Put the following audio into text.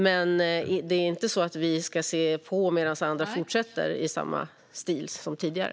Men det är inte så att vi ska se på medan andra fortsätter i samma stil som tidigare.